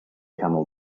camel